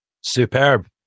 Superb